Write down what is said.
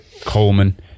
Coleman